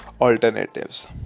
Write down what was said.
Alternatives